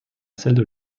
celles